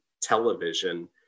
television